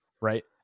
right